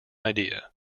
idea